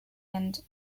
end